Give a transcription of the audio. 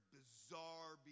bizarre